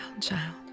child